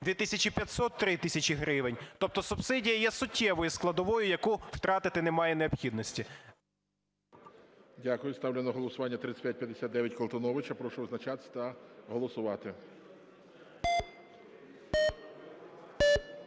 2500-3000 гривень. Тобто субсидія є суттєвою складовою, яку втратити немає необхідності. ГОЛОВУЮЧИЙ. Дякую. Ставлю на голосування 3559, Колтуновича. Прошу визначатись та голосувати.